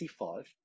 c5